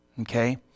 Okay